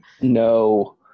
No